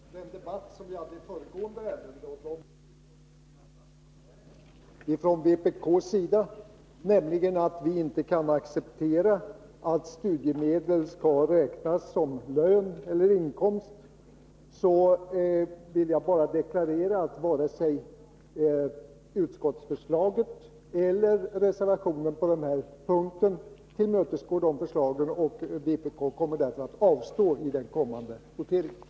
Fru talman! Med hänvisning till den debatt vi hade i föregående ärende och de synpunkter vi framförde där från vpk:s sida, nämligen att vi inte kan acceptera att studiemedel skall räknas som lön eller inkomst, vill jag bara deklarera att varken utskottsförslaget eller reservationen på den här punkten tillmötesgår våra krav. Vpk kommer därför att avstå i den kommande voteringen.